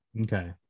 okay